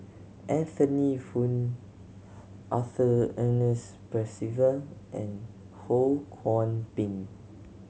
Anthony Poon Arthur Ernest Percival and Ho Kwon Ping